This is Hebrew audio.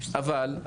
אבל,